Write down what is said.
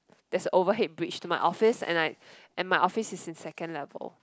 there's a overhead bridge at my office and I and my office is in second level